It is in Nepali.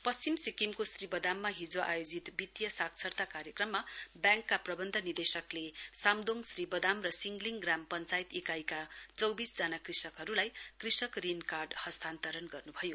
पश्चिम सिक्किमको श्रीबदाममा हिजो आयोजित वितिय साक्षरता कार्यक्रममा ब्याङ्कका प्रबन्धक निर्देशकले सामदोङ श्रीबदाम र सिङलिङ ग्राम पञ्चायत इकाइका चौबिसजना कृषकहरूलाई कृषक ऋण कार्ड हस्तान्तरण गर्नु भयो